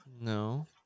no